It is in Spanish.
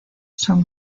son